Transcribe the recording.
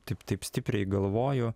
taip taip stipriai galvoju